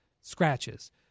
scratches